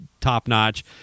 top-notch